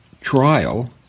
trial